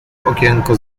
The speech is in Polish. okienko